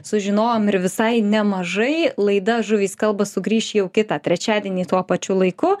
sužinojom ir visai nemažai laida žuvys kalba sugrįš jau kitą trečiadienį tuo pačiu laiku